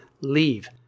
leave